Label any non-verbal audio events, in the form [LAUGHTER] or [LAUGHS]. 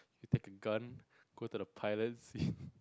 you take a gun go to the pilot [LAUGHS]